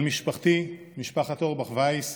על משפחתי, משפחת אורבך-ויס,